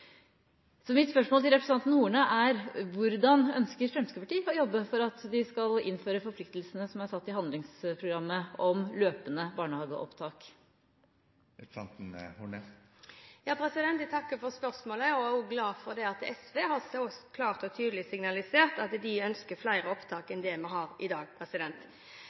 Så mitt spørsmål til representanten Horne er: Hvordan ønsker Fremskrittspartiet å jobbe for at de skal innføre forpliktelsene som er satt i handlingsprogrammet om løpende barnehageopptak? Jeg takker for spørsmålet og er også glad for at SV så klart og tydelig har signalisert at de ønsker flere opptak enn det vi har i dag.